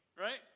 right